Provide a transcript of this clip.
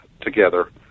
together